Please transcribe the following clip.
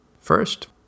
First